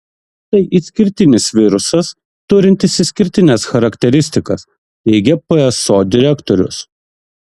tai išskirtinis virusas turintis išskirtines charakteristikas teigia pso direktorius